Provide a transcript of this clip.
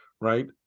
right